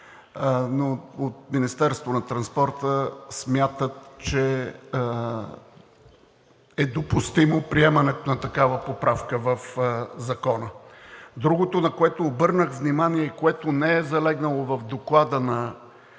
транспорта смятат, че е допустимо приемането на такава поправка в Закона. Другото, на което обърнах внимание и което не е залегнало в Доклада на